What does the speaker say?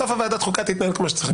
בסוף ועדת חוקה תתנהל כמו שהיא צריכה.